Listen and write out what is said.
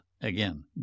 Again